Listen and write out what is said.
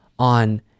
on